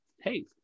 hey